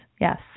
Yes